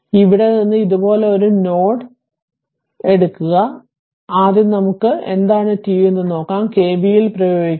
ഇവിടെ നിന്ന് ഇതുപോലുള്ള ഒരു നോഡ് ഇഫ്റ്റേക്ക് എടുക്കുക എന്ന് കരുതുക ആദ്യം നമുക്ക് എന്താണ് ടി എന്ന് നോക്കാം കെവിഎൽ പ്രയോഗിക്കുക